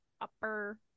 upper